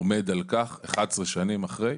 עדיין עומד על כך, 11 שנים אחרי,